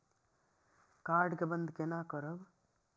Card के बन्द केना करब?